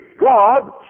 God